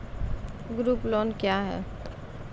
Group loan क्या है?